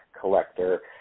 collector